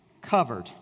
covered